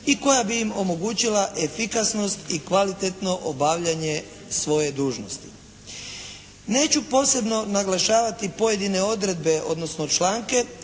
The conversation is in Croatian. i koja bi im omogućila efikasnost i kvalitetno obavljanje svoje dužnosti. Neću posebno naglašavati pojedine odredbe, odnosno članke,